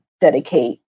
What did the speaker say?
dedicate